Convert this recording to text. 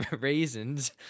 raisins